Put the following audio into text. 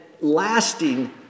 lasting